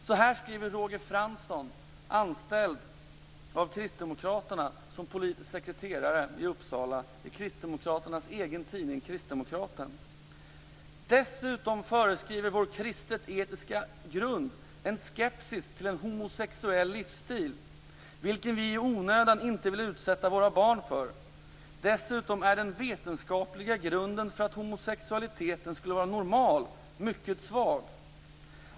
Så här skriver Roger Fransson, anställd av Kristdemokraterna som politisk sekreterare i Uppsala i Kristdemokraternas egen tidning Kristdemokraten: "Dessutom föreskriver vår kristet etiska grund en skepsis till en homosexuell livsstil, vilken vi onödan inte vill utsätta våra barn för. Dessutom är den vetenskapliga grunden för att homosexualiteten skulle vara normal mycket svag.